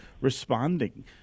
responding